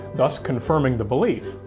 thus confirming the belief,